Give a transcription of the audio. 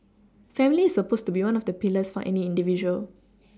family is supposed to be one of the pillars for any individual